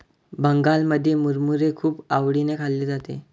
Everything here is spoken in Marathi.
बंगालमध्ये मुरमुरे खूप आवडीने खाल्ले जाते